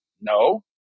no